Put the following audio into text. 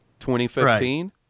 2015